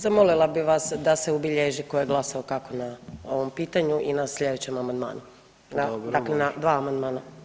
Zamolila bi vas da se ubilježi tko je glasao kako na ovom pitanju i na sljedećem amandmanu, [[Upadica: Dobro, može.]] Dakle na 2 amandmana.